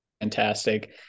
fantastic